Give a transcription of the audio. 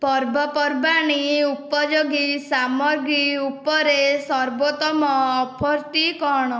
ପର୍ବପର୍ବାଣି ଉପଯୋଗୀ ସାମଗ୍ରୀ ଉପରେ ସର୍ବୋତ୍ତମ ଅଫର୍ଟି କଣ